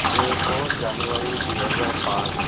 ଏକ ଜାନୁଆରୀ ଦୁଇ ହଜାର ପାଞ୍ଚ